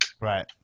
Right